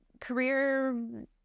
career